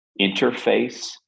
interface